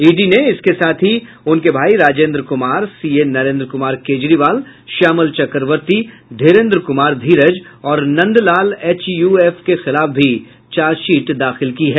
ED ने इसके साथ ही उनके भाई राजेंद्र कुमार सीए नरेंद्र कुमार केजरीवाल श्यामल चक्रवर्ती धीरेंद्र कुमार धीरज और नंदलाल एचयूएफ के खिलाफ भी चार्जशीट दाखिल की है